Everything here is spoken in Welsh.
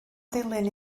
ddulyn